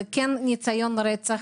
זה כן ניסיון רצח.